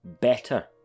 better